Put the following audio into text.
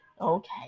Okay